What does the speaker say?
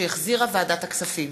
שהחזירה ועדת הכספים.